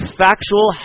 factual